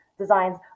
designs